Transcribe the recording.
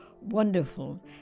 Wonderful